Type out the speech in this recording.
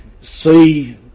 see